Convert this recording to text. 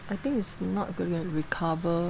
I think it's not gonna recover